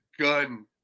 gun